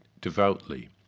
devoutly